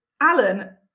Alan